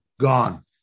gone